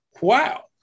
wow